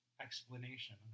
explanation